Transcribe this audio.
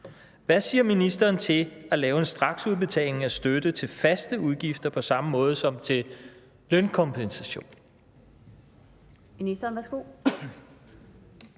Hvad siger ministeren til at lave en straksudbetaling af støtte til faste udgifter på samme måde som til lønkompensation?